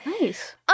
Nice